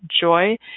joy